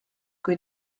kui